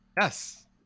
Yes